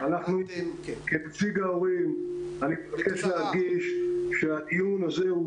כנציג ההורים אני מבקש להדגיש שהדיון הזה הוא